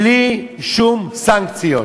בלי שום סנקציות.